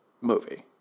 movie